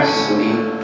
sleep